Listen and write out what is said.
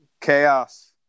chaos